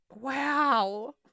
Wow